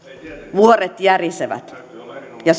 vuoret järisevät ja